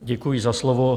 Děkuji za slovo.